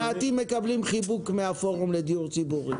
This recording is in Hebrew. מעטים מקבלים חיבוק מהפורום לדיור ציבורי.